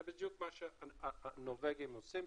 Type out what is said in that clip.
זה בדיוק מה שהנורבגים עושים,